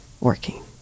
working